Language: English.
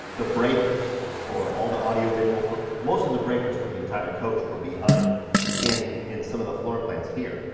the breakers for all the audio visual, most of the breakers for the entire coach were behind in in some of the floor plans here,